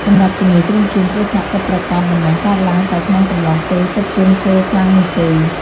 សម្រាប់ជំងឺគ្រុនឈាម គ្រោះថ្នាក់ពិតប្រាកដមិនមែនកើតឡើងតែក្នុងកំឡុងពេលទឹកជន់ជោរខ្លាំងនោះទេ។